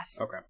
Okay